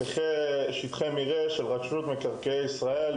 אלה שטחי מרעה של רשות מקרקעי ישראל,